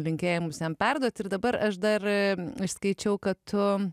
linkėjimus jam perduot ir dabar aš dar ir skaičiau kad tu